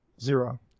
Zero